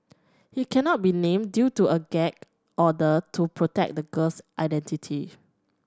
he cannot be named due to a gag order to protect the girl's identity